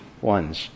ones